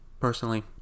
Personally